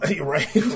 right